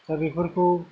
दा बेफोरखौ